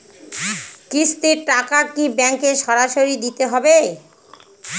কিস্তির টাকা কি ব্যাঙ্কে সরাসরি দিতে হবে?